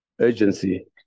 agency